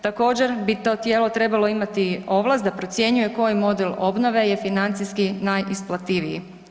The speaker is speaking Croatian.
Također bi to tijelo trebalo imati ovlast da procjenjuje koji model obnove je financijski najisplativiji.